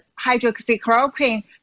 hydroxychloroquine